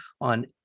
on